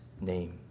name